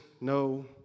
no